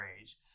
age